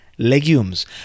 Legumes